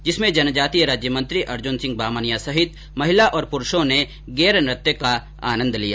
इसमें जनजातीय राज्यमंत्री अर्जुन सिंह बामनिया सहित महिला और पुरूषों ने गेर नृत्य का आनन्द लिया